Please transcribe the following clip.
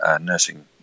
nursing